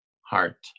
heart